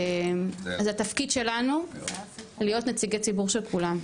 זה התפקיד שלנו להיות נציגי ציבור של כולם.